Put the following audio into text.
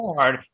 hard